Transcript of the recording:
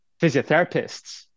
physiotherapists